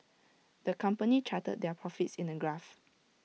the company charted their profits in A graph